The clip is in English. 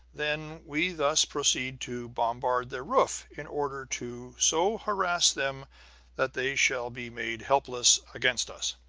then, we thus proceed to bombard their roof, in order to so harass them that they shall be made helpless against us.